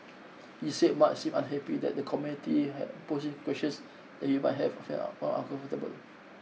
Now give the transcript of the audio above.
he said Mark seemed unhappy that the committee had posed questions that he might have for fail found uncomfortable